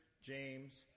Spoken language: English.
James